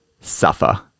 suffer